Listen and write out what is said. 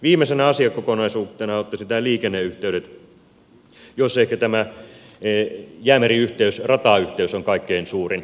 viimeisenä asiakokonaisuutena ottaisin nämä liikenneyhteydet joissa ehkä tämä jäämeriyhteys ratayhteys on kaikkein suurin